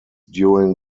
during